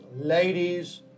Ladies